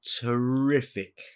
terrific